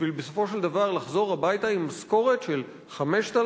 בשביל בסופו של דבר לחזור הביתה עם משכורת של 5,000,